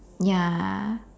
ya